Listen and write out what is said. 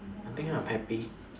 I think I'm happy